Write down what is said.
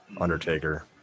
Undertaker